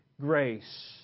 Grace